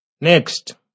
Next